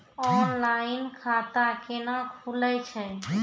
Online खाता केना खुलै छै?